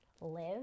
Live